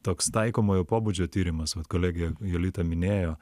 toks taikomojo pobūdžio tyrimas vat kolegė jolita minėjo